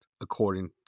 according